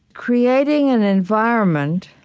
creating an environment